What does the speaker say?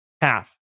Half